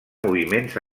moviments